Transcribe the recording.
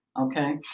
okay